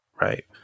right